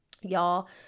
Y'all